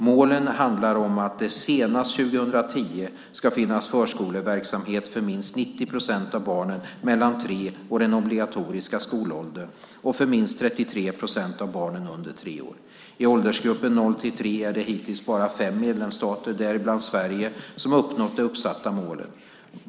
Målen handlar om att det senast 2010 ska finnas förskoleverksamhet för minst 90 procent av barnen mellan tre år och den obligatoriska skolåldern och för minst 33 procent av barnen under tre år. I åldersgruppen 0-3 år är det hittills bara fem medlemsstater - däribland Sverige - som har uppnått det uppsatta målet.